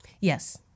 Yes